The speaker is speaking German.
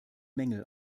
mängel